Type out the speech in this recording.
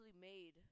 made